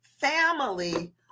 family